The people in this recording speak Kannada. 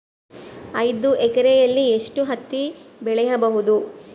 ಐದು ಎಕರೆಯಲ್ಲಿ ಎಷ್ಟು ಹತ್ತಿ ಬೆಳೆಯಬಹುದು?